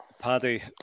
Paddy